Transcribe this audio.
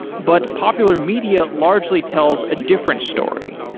but popular media largely tells a different story,